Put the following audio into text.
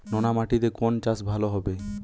নোনা মাটিতে কোন চাষ ভালো হবে?